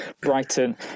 Brighton